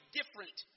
different